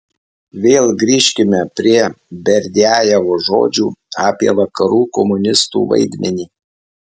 vėl grįžkime prie berdiajevo žodžių apie vakarų komunistų vaidmenį